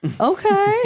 Okay